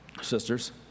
sisters